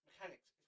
mechanics